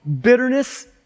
Bitterness